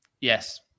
Yes